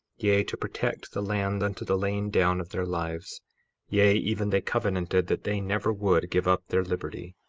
yea, to protect the land unto the laying down of their lives yea, even they covenanted that they never would give up their liberty,